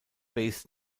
based